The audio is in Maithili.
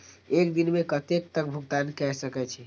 एक दिन में कतेक तक भुगतान कै सके छी